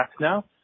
now